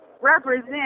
represent